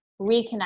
reconnect